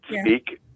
speak